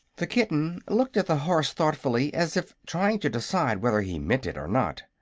the kitten looked at the horse thoughtfully, as if trying to decide whether he meant it or not.